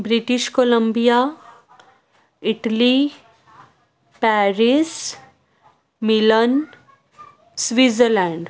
British Columbia Italy Paris Milan Switzerland